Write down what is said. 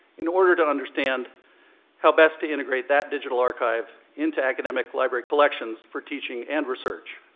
in order to understand how best to integrate that digital archive into academic library collections for teaching and research.